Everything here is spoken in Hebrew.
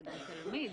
אתה גם תלמיד.